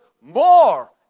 more